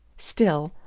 still,